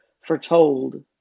foretold